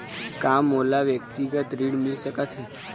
का मोला व्यक्तिगत ऋण मिल सकत हे?